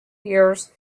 years